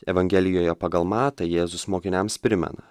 evangelijoje pagal matą jėzus mokiniams primena